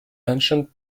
ancient